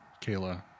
Kayla